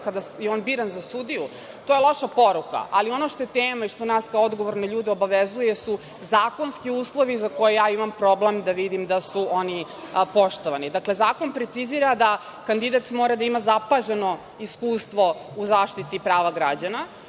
kada je on bio biran za sudiju. To je loša poruka. Ali, ono što je tema i što nas kao odgovorne ljude obavezuje su zakonski uslovi za koje ja imam problem da vidim da su oni poštovani. Dakle, zakon precizira da kandidat mora da ima zapaženo iskustvo u zaštiti prava građana.